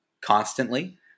constantly